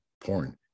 porn